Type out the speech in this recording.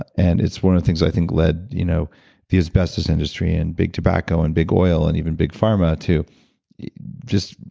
and it's one of the things i think led you know the asbestos industry, and big tobacco, and big oil, and even big pharma to just.